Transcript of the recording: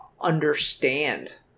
understand